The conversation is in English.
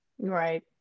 Right